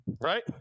right